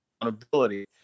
accountability